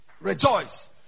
rejoice